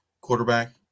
quarterback